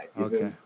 Okay